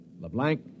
LeBlanc